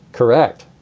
correct.